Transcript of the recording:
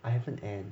I haven't end